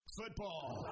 Football